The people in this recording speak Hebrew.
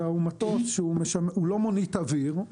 לא מונית אוויר,